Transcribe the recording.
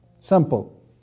simple